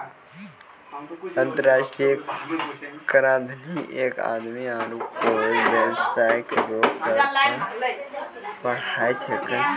अंतर्राष्ट्रीय कराधीन एक आदमी आरू कोय बेबसाय रो कर पर पढ़ाय छैकै